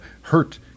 hurt